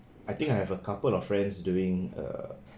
I think I have a couple of friends doing err